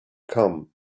come